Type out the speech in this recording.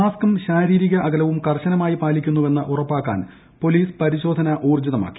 മാസ്കും ശാരീരിക അകലവും കർശനമായി പാലിക്കുന്നുവെന്ന് ഉറപ്പാക്കാൻ പൊലീസ് പരിശോധന ഊർജിതമാക്കി